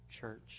church